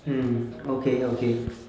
mm okay okay